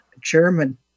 German